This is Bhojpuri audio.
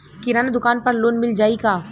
किराना दुकान पर लोन मिल जाई का?